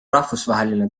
rahvusvaheline